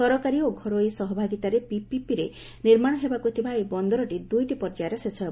ସରକାରୀ ଓ ଘରୋଇ ସହଭାଗିତାରେ ପିପିପିରେ ନିର୍ମାଣ ହେବାକୁ ଥିବା ଏହି ବନ୍ଦରଟି ଦୁଇଟି ପର୍ଯ୍ୟାୟରେ ଶେଷ ହେବ